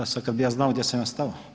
A sad kad bi ja znao gdje sam ja stao.